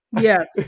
Yes